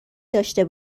داشته